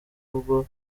ubwo